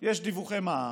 יש דיווחי מע"מ,